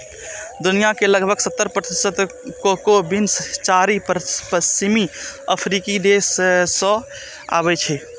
दुनिया के लगभग सत्तर प्रतिशत कोको बीन्स चारि पश्चिमी अफ्रीकी देश सं आबै छै